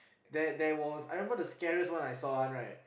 there there was I remember the scariest one I saw one right